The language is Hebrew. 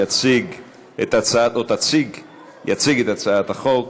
יציג את הצעת החוק,